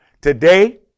Today